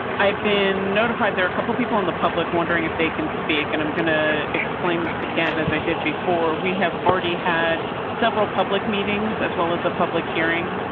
i've been notified. there are a couple of people on the public wondering if they can speak. and i'm going to explain this again, as i did before we have already had several public meetings as well as a public hearing.